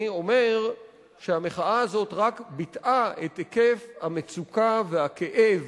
אני אומר שהמחאה הזאת רק ביטאה את היקף המצוקה והכאב